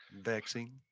vaccine